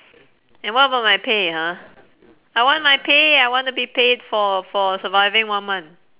and what about my pay ha I want my pay I wanna be paid for for surviving one month